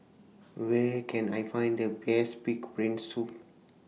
Where Can I Find The Best Pig'S Brain Soup